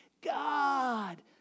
God